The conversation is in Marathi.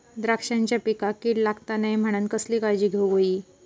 द्राक्षांच्या पिकांक कीड लागता नये म्हणान कसली काळजी घेऊक होई?